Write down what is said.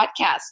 podcast